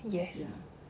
yes